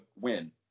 win